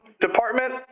department